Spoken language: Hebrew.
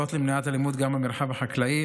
בפעולות למניעת אלימות גם במרחב החקלאי.